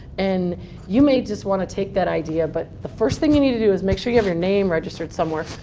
and you may just want to take that idea. but the first thing you need to do is make sure you have your name registered somewhere.